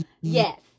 Yes